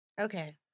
okay